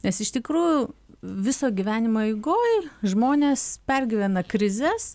nes iš tikrųjų viso gyvenimo eigoj žmonės pergyvena krizes